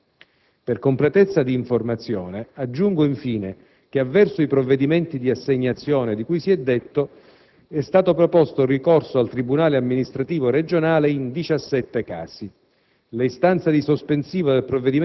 con quelle del personale interessato. Per completezza d'informazione aggiungo infine che avverso i provvedimenti di assegnazione di cui si è detto è stato proposto ricorso al tribunale amministrativo regionale in